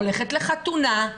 הולכת לחתונה,